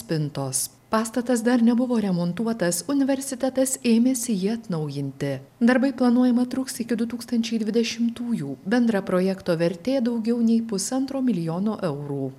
spintos pastatas dar nebuvo remontuotas universitetas ėmėsi jį atnaujinti darbai planuojama truks iki du tūkstančiai dvidešimtųjų bendra projekto vertė daugiau nei pusantro milijono eurų